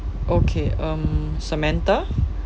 okay um samantha